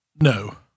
No